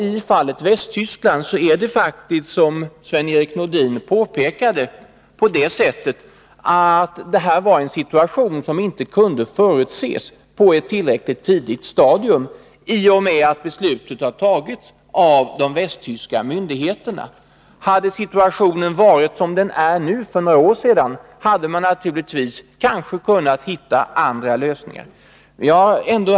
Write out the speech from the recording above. I fallet Västtyskland är det faktiskt, som Sven-Erik Nordin påpekade, på det sättet att det var en situation som inte kunde förutses på ett tillräckligt tidigt stadium. Hade situationen för några år sedan varit som den är nu, hade man kanske kunnat hitta andra lösningar. Herr talman!